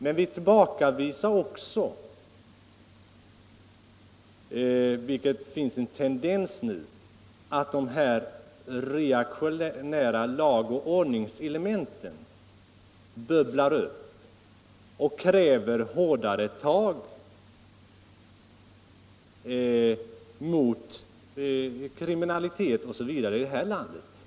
De reaktionära lag-och-ordnings-elementen har nu en tendens att bubbla upp och kräva hårdare tag mot kriminalitet osv.